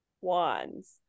wands